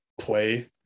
play